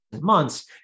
months